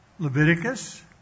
Leviticus